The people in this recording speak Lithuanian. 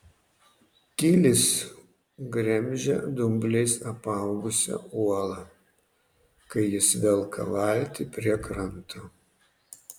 kilis gremžia dumbliais apaugusią uolą kai jis velka valtį prie kranto